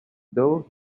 though